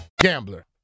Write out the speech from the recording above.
Gambler